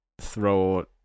throw